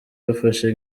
bafashe